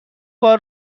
بار